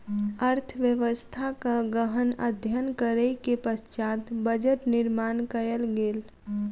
अर्थव्यवस्थाक गहन अध्ययन करै के पश्चात बजट निर्माण कयल गेल